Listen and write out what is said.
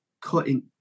cutting